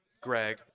Greg